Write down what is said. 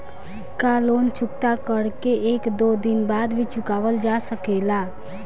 का लोन चुकता कर के एक दो दिन बाद भी चुकावल जा सकेला?